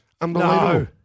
Unbelievable